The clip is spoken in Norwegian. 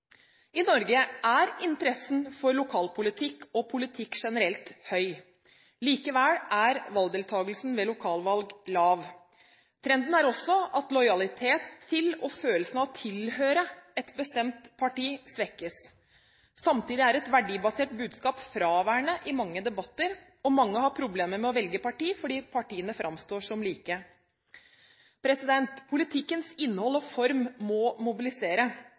I Norge er interessen for lokalpolitikk – og politikk generelt – høy, likevel er valgdeltakelsen ved lokalvalg lav. Trenden er også at lojaliteten til og følelsen av å tilhøre et bestemt parti svekkes. Samtidig er et verdibasert budskap fraværende i mange debatter. Mange har problemer med å velge parti fordi partiene framstår som like. Politikkens innhold og form må mobilisere.